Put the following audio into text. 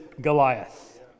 Goliath